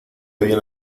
bien